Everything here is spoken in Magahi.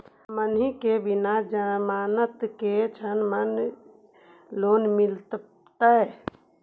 हमनी के बिना जमानत के ऋण माने लोन मिलतई?